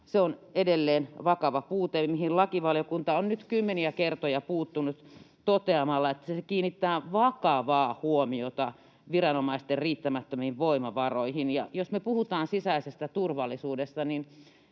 se on edelleen vakava puute, mihin lakivaliokunta on nyt kymmeniä kertoja puuttunut toteamalla, että se kiinnittää vakavaa huomiota viranomaisten riittämättömiin voimavaroihin. Ja jos me puhutaan sisäisestä turvallisuudesta,